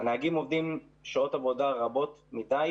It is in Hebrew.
הנהגים עובדים שעות עבודה רבות מדי,